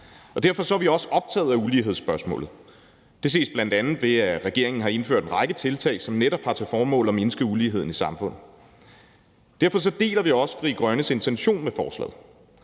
Derfor er vi også optaget af ulighedsspørgsmålet. Det ses bl.a., ved at regeringen har indført en række tiltag, som netop har til formål at mindske uligheden i samfundet. Derfor deler vi også Frie Grønnes intention med forslaget,